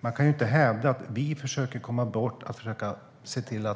Man kan ju inte hävda att vi försöker komma bort när vi vill